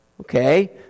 Okay